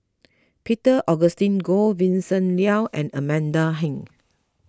Peter Augustine Goh Vincent Leow and Amanda Heng